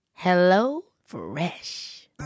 HelloFresh